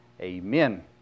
Amen